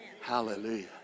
Hallelujah